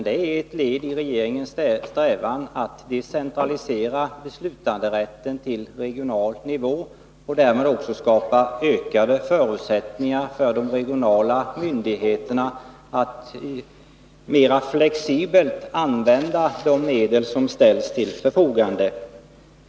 Det är ett led i regeringens strävan att decentralisera beslutanderätten till regional nivå och därmed också skapa ökade förutsättningar för de regionala myndigheterna att mera flexibelt använda de medel som ställs till förfogande.